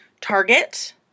Target